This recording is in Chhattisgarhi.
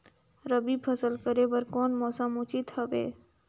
रबी फसल करे बर कोन मौसम उचित हवे?